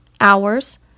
Hours